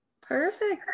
perfect